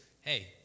hey